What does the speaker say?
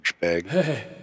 Hey